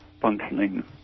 functioning